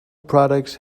products